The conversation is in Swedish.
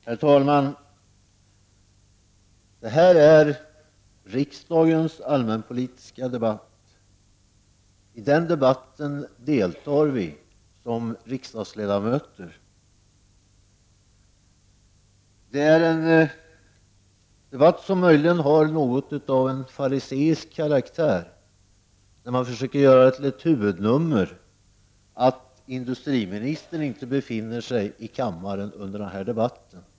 Herr talman! Det här är riksdagens allmänpolitiska debatt. I den debatten deltar vi som riksdagsledamöter. Det är en debatt som nu möjligen har något av en fariseisk karaktär, där man försöker göra det faktum att industriministern inte befinner sig i kammaren under debatten till ett huvudnummer.